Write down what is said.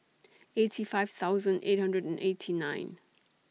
eighty five thousand eight hundred and eighty nine